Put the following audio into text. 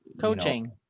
coaching